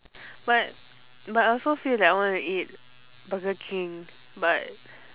but but I also feel like I wanba eat burger king but